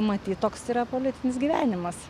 matyt toks yra politinis gyvenimas